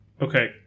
Okay